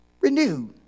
Renewed